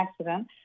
accident